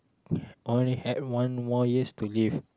only had one more years to live